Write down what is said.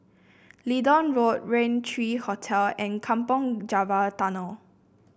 Leedon Road Raintr Hotel and Kampong Java Tunnel